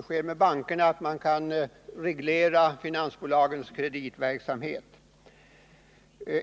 sker i fråga om bankerna skall kunna reglera finansbolagens kreditverksamhet.